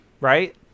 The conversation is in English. right